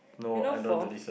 you know from